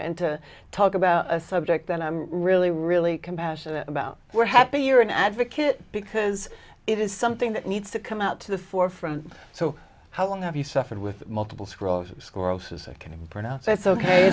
and to talk about a subject that i really really compassionate about we're happy you're an advocate because it is something that needs to come out to the forefront so how long have you suffered with multiple sclerosis choral society pronounce that's ok